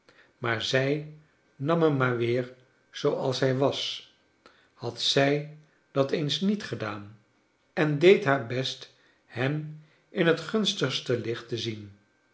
maar zij nam hem maar weer zooals hij was had zij dat eens niet gedaan en deed haar best hem in het gunsigste licht te zien